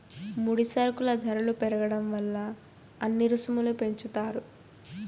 ముడి సరుకుల ధరలు పెరగడం వల్ల అన్ని రుసుములు పెంచుతారు